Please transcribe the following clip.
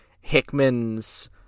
Hickman's